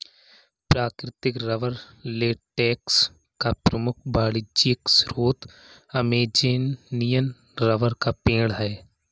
प्राकृतिक rubber latex का प्रमुख वाणिज्यिक स्रोत अमेज़ॅनियन रबर का पेड़ है